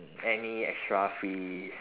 any extra fees